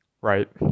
Right